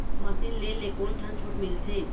Machine ले ले कोन ठन छूट मिलथे?